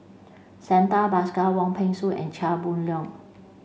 Santha Bhaskar Wong Peng Soon and Chia Boon Leong